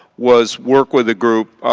was work with a group,